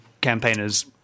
campaigners